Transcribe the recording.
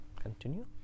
continue